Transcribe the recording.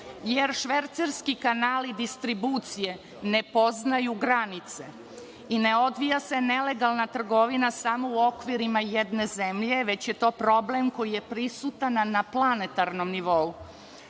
jer švercerski kanali distribucije ne poznaju granice i ne odvija se nelegalna trgovina samo u okvirima jedne zemlje, već je to problem koji je prisutan na planetarnom